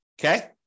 Okay